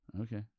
Okay